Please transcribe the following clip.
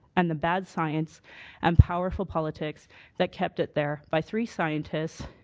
and the bad science and powerful politics that kept it there by three scientists.